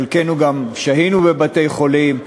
חלקנו גם שהה בבתי-חולים,